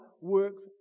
works